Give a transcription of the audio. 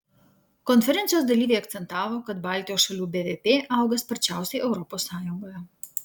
konferencijos dalyviai akcentavo kad baltijos šalių bvp auga sparčiausiai europos sąjungoje